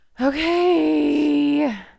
okay